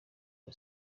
amb